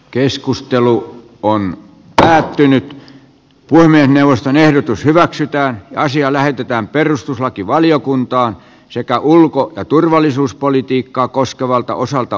keskustelu on nyt päättynyt puhemiesneuvoston ehdotus hyväksytään asia lähetetään perustuslakivaliokuntaan sekä ulko ja turvallisuuspolitiikkaa koskevalta osalta